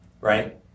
Right